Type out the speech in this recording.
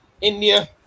India